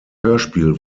hörspiel